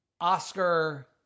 Oscar